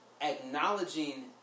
acknowledging